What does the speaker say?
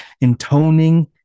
intoning